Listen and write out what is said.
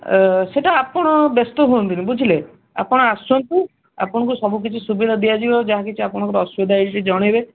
ସେଇଟା ଆପଣ ବ୍ୟସ୍ତ ହୁଅନ୍ତୁନି ବୁଝିଲେ ଆପଣ ଆସନ୍ତୁ ଆପଣଙ୍କୁ ସବୁ କିଛି ସୁବିଧା ଦିଆଯିବ ଯାହା କିଛି ଆପଣଙ୍କର ଅସୁବିଧା ଜଣାଇବେ